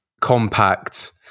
compact